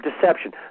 deception